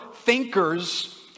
thinkers